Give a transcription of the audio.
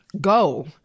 go